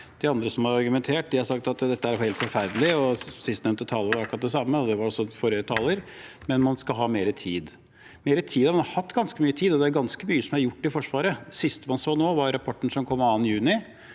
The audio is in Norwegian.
De andre som har argumentert, har sagt at dette er helt forferdelig – sistnevnte taler akkurat det samme, og også forrige taler – men man skal ha mer tid. Ja, man har hatt ganske mye tid, og det er ganske mye som er gjort i Forsvaret. Det siste man så nå, var rapporten som kom 2. juni